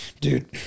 dude